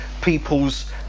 people's